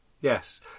Yes